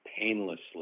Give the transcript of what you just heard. painlessly